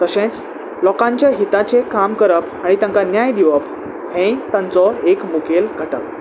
तशेंच लोकांच्या हिताचें काम करप आनी तांकां न्याय दिवप हेंय तांचो एक मुखेल घटक